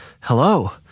hello